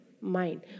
Mind